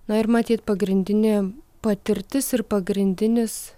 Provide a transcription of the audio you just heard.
na ir matyt pagrindinė patirtis ir pagrindinis